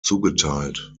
zugeteilt